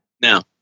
Now